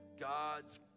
God's